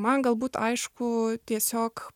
man galbūt aišku tiesiog